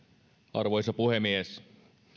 arvoisa puhemies